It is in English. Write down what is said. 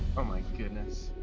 o my goodness.